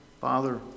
Father